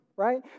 Right